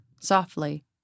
softly